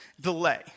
delay